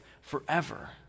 forever